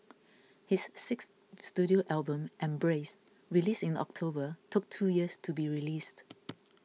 his sixth studio album Embrace released in October took two years to be released